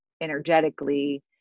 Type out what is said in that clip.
energetically